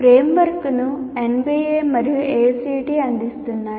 ఫ్రేమ్వర్క్ను NBA మరియు AICTE అందిస్తున్నాయి